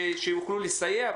כדי שיוכלו לסייע.